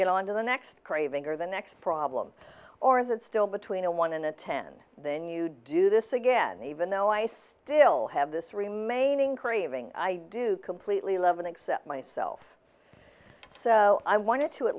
get on to the next craving or the next problem or is it still between a one and a ten then you do this again even though i still have this remaining craving i do completely love and accept myself so i wanted to at